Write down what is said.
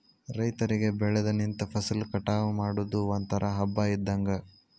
ರೈತರಿಗೆ ಬೆಳದ ನಿಂತ ಫಸಲ ಕಟಾವ ಮಾಡುದು ಒಂತರಾ ಹಬ್ಬಾ ಇದ್ದಂಗ